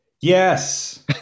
Yes